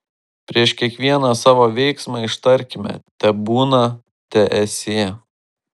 prieš kiekvieną savo veiksmą ištarkime tebūna teesie